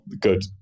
good